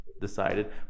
decided